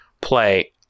play